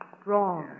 wrong